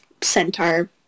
centaur